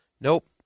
Nope